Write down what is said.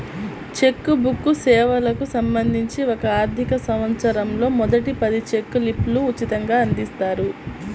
check book సేవలకు సంబంధించి ఒక ఆర్థికసంవత్సరంలో మొదటి పది చెక్ లీఫ్లు ఉచితంగ అందిస్తారు